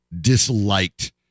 disliked